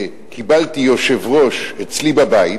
קיבלתי יושב-ראש אצלי בבית,